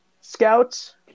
scouts